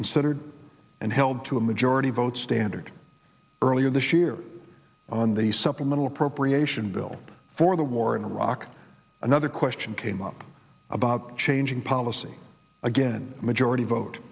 considered and held to a majority vote standard earlier this year on the supplemental appropriation bill for the war in iraq another question came up about changing policy again majority vote